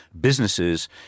businesses